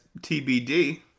TBD